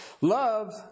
love